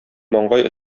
маңгай